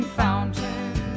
fountain